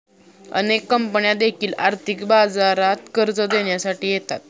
अनेक कंपन्या देखील आर्थिक बाजारात कर्ज देण्यासाठी येतात